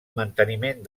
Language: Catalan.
manteniment